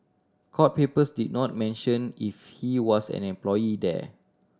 court papers did not mention if he was an employee there